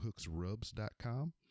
HooksRubs.com